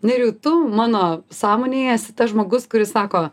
nerijau tu mano sąmonėje esi tas žmogus kuris sako